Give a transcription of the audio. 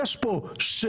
יש פה שם,